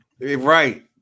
right